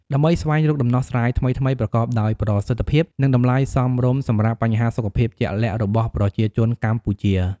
ដើម្បីស្វែងរកដំណោះស្រាយថ្មីៗ ប្រកបដោយប្រសិទ្ធភាព និងតម្លៃសមរម្យសម្រាប់បញ្ហាសុខភាពជាក់លាក់របស់ប្រជាជនកម្ពុជា។